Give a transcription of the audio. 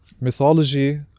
mythology